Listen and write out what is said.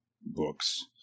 books